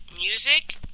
music